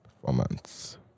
performance